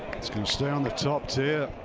going to stay on the top tier.